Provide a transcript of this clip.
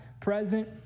present